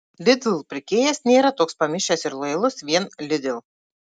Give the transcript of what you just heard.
lidl pirkėjas nėra toks pamišęs ir lojalus vien lidl